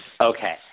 Okay